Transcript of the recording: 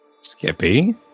Skippy